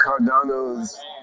Cardano's